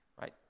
right